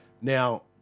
Now